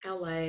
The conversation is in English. LA